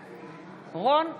בעד רון כץ,